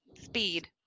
speed